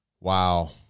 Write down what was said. Wow